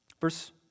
Verse